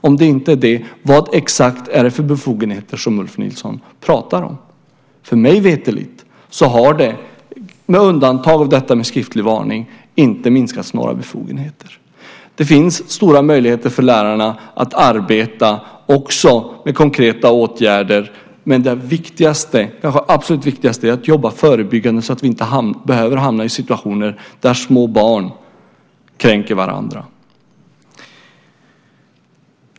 Om det inte är det, vilka befogenheter är det som Ulf Nilsson pratar om? Mig veterligt har det, med undantag av skriftlig varning, inte minskats på några befogenheter. Det finns stora möjligheter för lärarna att arbeta med konkreta åtgärder. Det absolut viktigaste är att arbeta förebyggande så att vi inte behöver hamna i situationer där små barn kränker varandra.